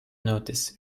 notice